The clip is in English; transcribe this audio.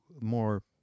more